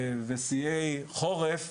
שיאי חורף,